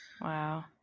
Wow